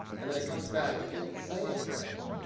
and then it comes back it didn't say anything,